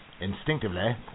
Instinctively